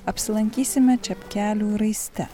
apsilankysime čepkelių raiste